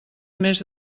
més